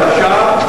עכשיו,